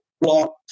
block